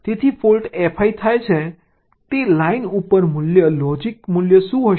તેથી fault Fi થાય છે તે લાઇન ઉપર મૂલ્ય લોજીક મૂલ્ય શું હશે